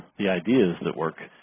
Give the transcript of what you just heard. the ideas that work